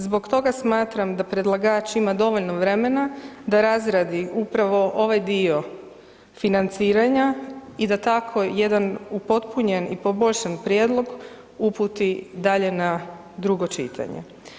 Zbog toga smatram da predlagač ima dovoljno vremena da razradi upravo ovaj dio financiranja i da tako jedan upotpunjen i poboljšan prijedlog uputi dalje na drugo čitanje.